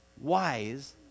wise